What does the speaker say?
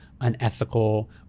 unethical